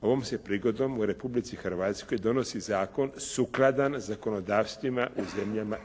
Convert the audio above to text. ovom se prigodom u Republici Hrvatskoj donosi zakon sukladan zakonodavstvima u zemljama